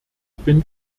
bin